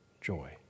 joy